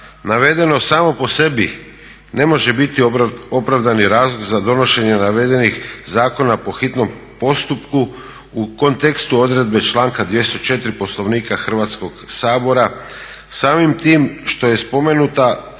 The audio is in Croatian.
navedeno samo po sebi ne može biti opravdani razlog za donošenje navedenih zakona po hitnom postupku u kontekstu odredbe članka 204. Poslovnika Hrvatskog sabora samim tim što je spomenuta